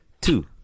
Two